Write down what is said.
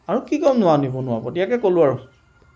আৰু কি ক'মনো আৰু নিবনুৱাৰ ওপৰত ইয়াকে ক'লো আৰু